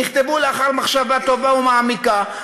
נכתבו לאחר מחשבה טובה ומעמיקה.